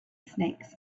snakes